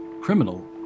criminal